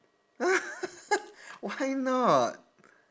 why not